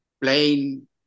playing